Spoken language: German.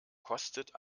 kostet